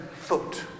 foot